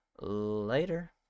Later